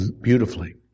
beautifully